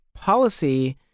policy